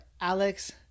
Alex